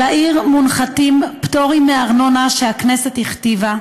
על העיר מונחתים פטורים מארנונה שהכנסת הכתיבה.